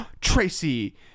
Tracy